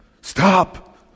stop